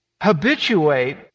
habituate